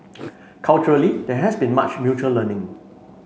culturally there has been much mutual learning